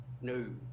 No